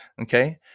Okay